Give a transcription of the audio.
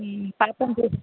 percentage